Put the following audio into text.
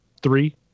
Three